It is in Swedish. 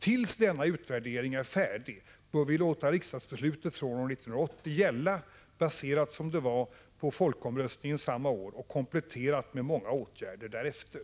Tills denna utvärdering är färdig bör vi låta riksdagsbeslutet från år 1980 gälla, baserat som det var på folkomröstningen samma år och kompletterat med många åtgärder därefter.